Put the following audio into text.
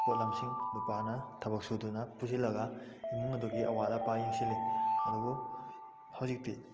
ꯄꯣꯠꯂꯝꯁꯤꯡ ꯅꯨꯄꯥꯅ ꯊꯕꯛ ꯁꯨꯗꯨꯅ ꯄꯨꯁꯤꯜꯂꯒ ꯏꯃꯨꯡ ꯑꯗꯨꯒꯤ ꯑꯋꯥꯠ ꯑꯄꯥ ꯌꯦꯡꯁꯤꯜꯂꯤ ꯑꯗꯨꯕꯨ ꯍꯧꯖꯤꯛꯇꯤ